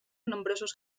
nombrosos